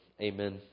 Amen